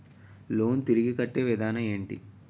Loan తిరిగి కట్టే విధానం ఎంటి?